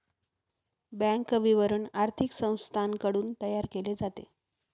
bank विवरण आर्थिक संस्थांकडून तयार केले जाते